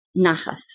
nachas